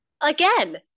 Again